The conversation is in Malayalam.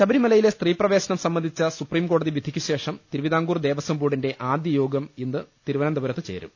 ശബരിമലയിലെ സ്ത്രീപ്രവേശനം സംബന്ധിച്ച സുപ്രീം കോടതി വിധിയ്ക്കുശേഷം തിരുവിതാംകൂർ ദേവസ്വം ബോർഡിന്റെ ആദ്യ യോഗം ഇന്ന് തിരുവനന്തപുരത്ത് ചേരും